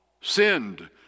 sinned